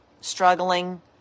struggling